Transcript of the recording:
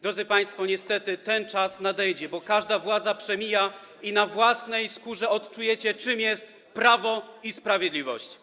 Drodzy państwo, niestety ten czas nadejdzie, bo każda władza przemija, i na własnej skórze odczujecie, czym jest prawo i sprawiedliwość.